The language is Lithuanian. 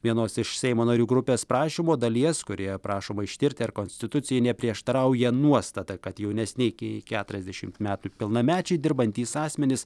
vienos iš seimo narių grupės prašymo dalies kurioje prašoma ištirti ar konstitucijai neprieštarauja nuostata kad jaunesni iki keturiasdešimt metų pilnamečiai dirbantys asmenys